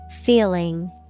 Feeling